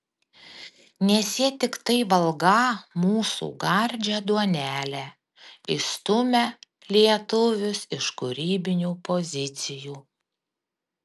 nes jie tiktai valgą mūsų gardžią duonelę išstumią lietuvius iš kūrybinių pozicijų